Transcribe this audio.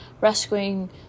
rescuing